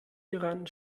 hieran